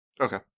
Okay